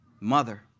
Mother